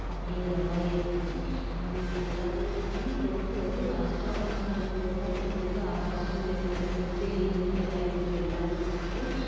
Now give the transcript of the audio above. அப்படிங்குற மாதிரி இருந்துச்சு அதுக்கு எல்லாத்தையும் தாண்டி டுவெல்த்து வந்து லாஸ்ட்டாக உட்காந்துருக்கும்போதுதான் தெரிஞ்சிது ஆகா ஸ்கூல் லைஃபு முடிஞ்சிடுச்சு இதுவும் என்ஜாய்மெண்ட்டு எல்லாமே முடிஞ்சிடுச்சு